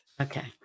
Okay